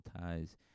ties